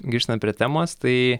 grįžtam prie temos tai